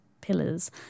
pillars